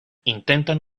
intentan